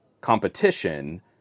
competition